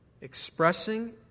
expressing